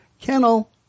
kennel